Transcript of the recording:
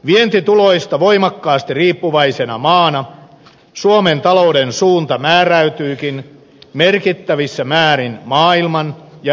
vientituloista voimakkaasti riippuvaisena maana suomen talouden suunta määräytyykin merkittävissä määrin maailman ja euroalueen kehityksestä